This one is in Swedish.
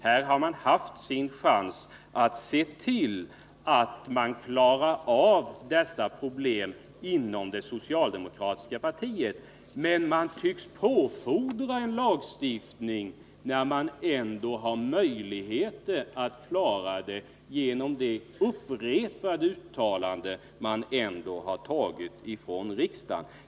Här har man haft sin chans att klara av problemet inom det socialdemokratiska partiet. Men man tycks ändå påfordra en lagstiftning trots att man har möjlighet att klara av saken genom de upprepade uttalanden som riksdagen ändå har gjort.